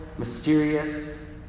mysterious